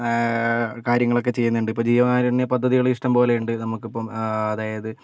കാര്യങ്ങളൊക്കെ ചെയ്യുന്നുണ്ട് ഇപ്പോൾ ജീവകാരുണ്യ പദ്ധതികൾ ഇഷ്ടംപോലെ ഉണ്ട് നമുക്കിപ്പം അതായത്